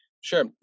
Sure